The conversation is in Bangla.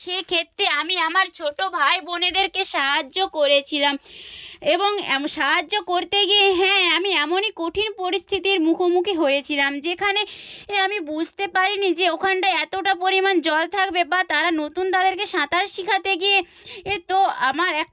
সেক্ষেত্রে আমি আমার ছোট ভাই বোনেদেরকে সাহায্য করেছিলাম এবং সাহায্য করতে গিয়ে হ্যাঁ আমি এমনই কঠিন পরিস্থিতির মুখোমুখি হয়েছিলাম যেখানে এ আমি বুঝতে পারিনি যে ওখানটা এতটা পরিমাণ জল থাকবে বা তারা নতুন তাদেরকে সাঁতার শেখাতে গিয়ে এ তো আমার